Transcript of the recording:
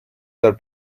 dal